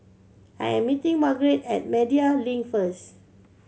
I am meeting Margrett at Media Link first